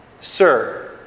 Sir